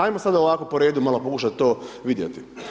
Ajmo sad ovako po redu malo pokušati to vidjeti.